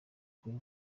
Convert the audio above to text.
kuri